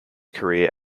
career